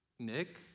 Nick